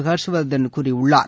ஹர்ஷ்வர்தன் கூறியுள்ளார்